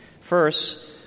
First